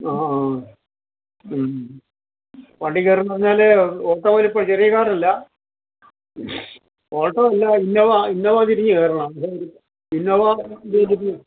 ആ ആ വണ്ടി കയറും എന്ന് പറഞ്ഞാൽ ഒത്ത വലിപ്പം ചെറിയ കാറല്ല ഓൾട്ടോ അല്ല ഇന്നോവ ഇന്നോവ തിരിഞ്ഞ് കയറണം ഇന്നോവ തിരിഞ്ഞ്